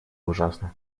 ужасно